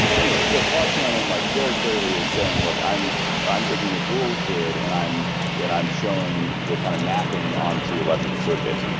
anyways, so claude shannon like very clearly is saying, look, i'm i'm taking what boole did and i'm yeah and i'm showing the kind of mapping on to electrical circuits.